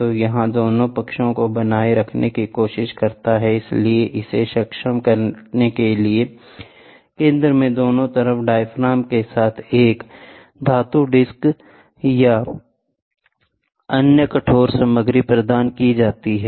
तो यह दोनों पक्षों को बनाए रखने की कोशिश करता है इसलिए इसे सक्षम करने के लिए केंद्र में दोनों तरफ डायाफ्राम के साथ एक धातु डिस्क या अन्य कठोर सामग्री प्रदान की जाती है